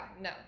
No